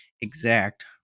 exact